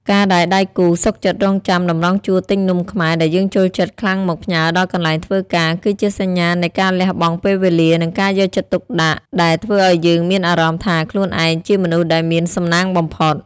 ការដែលដៃគូសុខចិត្តរង់ចាំតម្រង់ជួរទិញនំខ្មែរដែលយើងចូលចិត្តខ្លាំងមកផ្ញើដល់កន្លែងធ្វើការ គឺជាសញ្ញានៃការលះបង់ពេលវេលា និងការយកចិត្តទុកដាក់ដែលធ្វើឱ្យយើងមានអារម្មណ៍ថាខ្លួនឯងជាមនុស្សដែលមានសំណាងបំផុត។